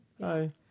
Hi